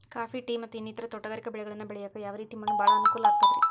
Coffee, tea, ಮತ್ತ ಇನ್ನಿತರ ತೋಟಗಾರಿಕಾ ಬೆಳೆಗಳನ್ನ ಬೆಳೆಯಾಕ ಯಾವ ರೇತಿ ಮಣ್ಣ ಭಾಳ ಅನುಕೂಲ ಆಕ್ತದ್ರಿ?